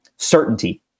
Certainty